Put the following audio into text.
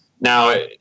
Now